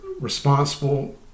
responsible